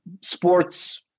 sports